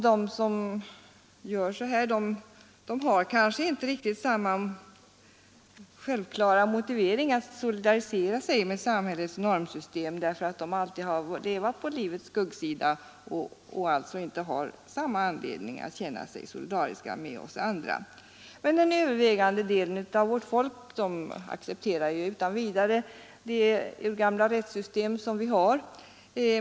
De har kanske inte riktigt samma självklara motivering att solidarisera sig med samhällets normsystem därför att de alltid har levat på livets skuggsida och alltså inte har samma anledning att känna sig solidariska med oss andra. Men den övervägande delen av vårt folk accepterar ju utan vidare det rättssystem som vi har.